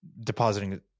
depositing